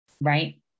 right